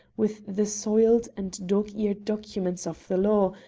with the soiled and dog-eared documents of the law,